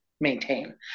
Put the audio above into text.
maintain